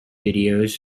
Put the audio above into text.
videos